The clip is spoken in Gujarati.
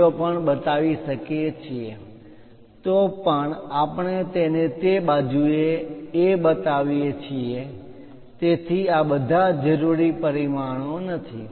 0 પણ બતાવી શકીએ છીએ તો પણ આપણે તેને તે બાજુ એ બતાવીએ છીએ તેથી આ બધા જરૂરી પરિમાણો નથી